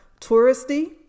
touristy